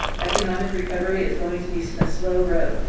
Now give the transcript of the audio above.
economic recovery is going to be a slow road.